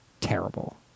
terrible